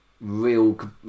real